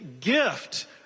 gift